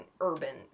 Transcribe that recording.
urban